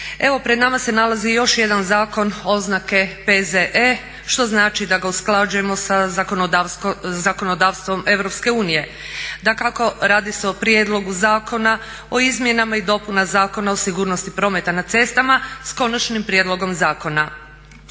Evo pred nama se nalazi i još jedan zakon oznake P.Z.E. što znači da ga usklađujem sa zakonodavstvom Europske unije. Dakako radi se o Prijedlogu zakona o Izmjenama i dopunama Zakona o sigurnosti prometa na cestama sa Konačnim prijedlogom zakona.